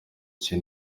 cye